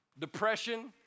depression